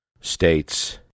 states